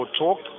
talk